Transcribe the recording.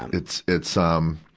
um it's, it's, um,